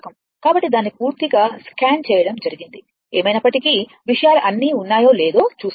కాబట్టి దాన్ని పూర్తిగా స్కాన్ చేయడం జరిగింది ఏమైనప్పటికీ విషయాలు అన్నీ ఉన్నాయో లేదో చూస్తున్నాను